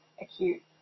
acute